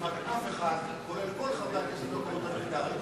שכמעט אף אחד, גם כל חברי הכנסת, לא קרא את המחקר.